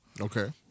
Okay